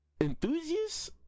enthusiasts